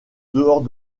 dehors